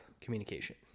communication